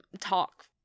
talk